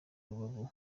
rubavu